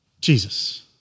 Jesus